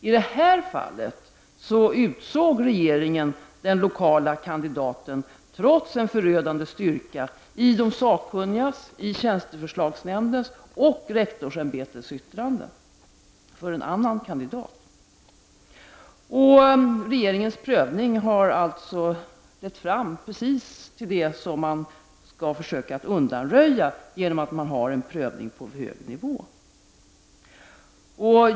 I detta fall utsåg regeringen den lokala kandidaten, trots en förödande styrka i de sakkunnigas, i tjänsteförslagsnämndens och i rektorsämbetets yttranden för en annan kandidat. Regeringens prövning har alltså lett fram till precis det som man skall försöka undanröja genom att ha en prövning på hög nivå.